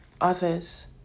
others